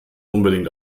unbedingt